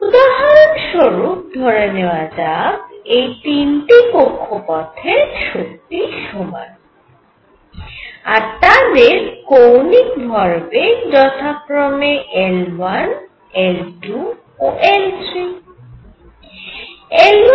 উদাহরণ স্বরূপ ধরে নেওয়া যাক এই তিনটি কক্ষপথের শক্তি সমান আর তাদের কৌণিক ভরবেগ যথাক্রমে L1 L2 ও L3